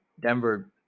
Denver